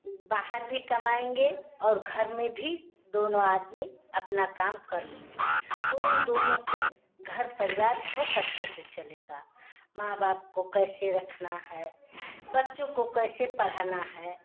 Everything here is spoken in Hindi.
बाहर भी कमाएँगे और घर में भी दोनों आदमी अपना काम कर लेंगे तो उन दोनों से घर परिवार बहुत अच्छे से चलेगा माँ बाप को कैसे रखना है बच्चों को कैसे पढ़ाना है